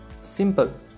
simple